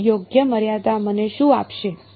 તો યોગ્ય મર્યાદા મને શું આપશે